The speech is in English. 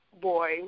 boy